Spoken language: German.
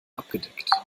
abgedeckt